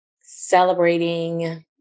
celebrating